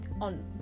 on